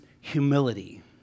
humility